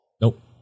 Nope